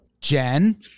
Jen